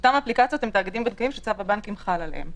אימות הפרטים לפי סעיף 4